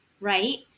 Right